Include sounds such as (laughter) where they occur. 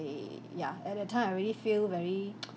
yeah at that time I really feel very (noise)